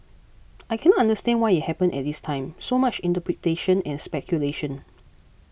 I cannot understand why it happened at this time so much interpretation and speculation